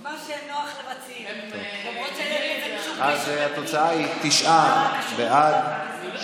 מה שנוח למציעים, למרות שלי, התוצאה היא 11 בעד,